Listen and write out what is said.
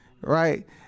right